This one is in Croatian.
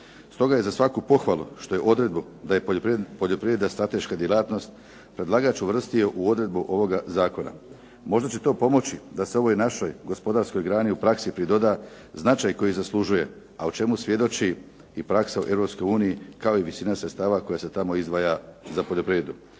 Stoga je za svaku pohvalu što je odredbu da je poljoprivreda strateška djelatnost predlagač uvrstio u odredbu ovoga zakona. Možda će to pomoći da ovoj našoj gospodarskoj grani u praksi pridoda značaj koji zaslužuje a o čemu svjedoči i praksa o Europskoj uniji kao i visina sredstava koja se tamo izdvaja za poljoprivredu.